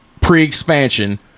pre-expansion